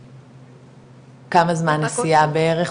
כמה זמן נסיעה בערך?